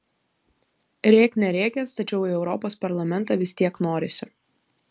rėk nerėkęs tačiau į europos parlamentą vis tiek norisi